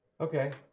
Okay